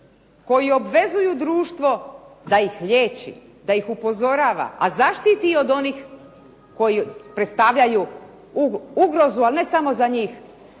koji obvezuju društvo da ih liječi, da ih upozorava, a i zaštiti i od onih koji predstavljaju ugrozu, a ne samo za njih,